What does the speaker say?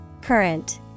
Current